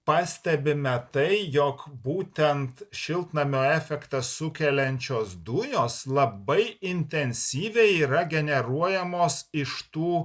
pastebime tai jog būtent šiltnamio efektą sukeliančios dujos labai intensyviai yra generuojamos iš tų